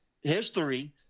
history